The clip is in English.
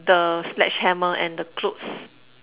the sledgehammer and the clothes